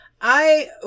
I-